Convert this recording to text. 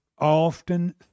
often